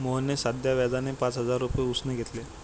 मोहनने साध्या व्याजाने पाच हजार रुपये उसने घेतले